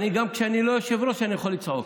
גם כשאני לא יושב-ראש אני יכול לצעוק,